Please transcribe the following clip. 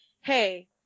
hey